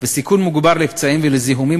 וסיכון מוגבר לפצעים ולזיהומים,